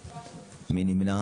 7. מי נמנע?